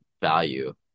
value